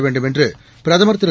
வேண்டும் என்று பிரதமர் திரு